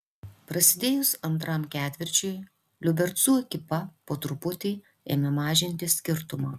prasidėjus antram ketvirčiui liubercų ekipa po truputį ėmė mažinti skirtumą